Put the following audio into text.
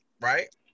Right